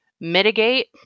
mitigate